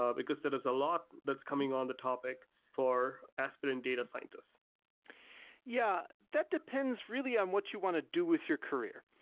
ah because there's a lot that's coming on the topic for aspiring but and data scientists yeah, that depends really on what you want to do with your career.